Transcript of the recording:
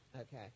Okay